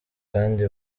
kandi